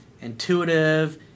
intuitive